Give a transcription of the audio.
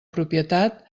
propietat